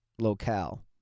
locale